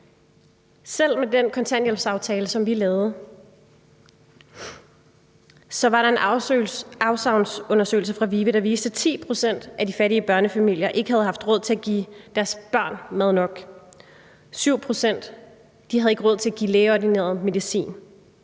Selv med den kontanthjælpsaftale, som vi lavede, viste en afsavnsundersøgelse fra VIVE, at 10 pct. af de fattige børnefamilier ikke havde råd til at give deres børn mad nok, og at 7 pct. ikke havde råd til at give dem lægeordineret medicin.